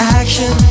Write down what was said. action